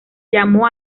llamó